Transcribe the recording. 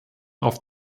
auf